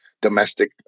domestic